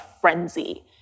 frenzy